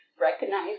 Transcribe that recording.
recognize